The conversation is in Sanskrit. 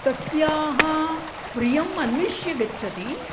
तस्याः प्रियम् अन्विष्य गच्छति